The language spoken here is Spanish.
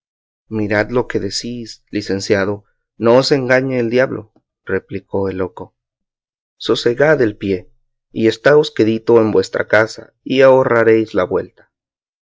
mirad lo que decís licenciado no os engañe el diablo replicó el locososegad el pie y estaos quedito en vuestra casa y ahorraréis la vuelta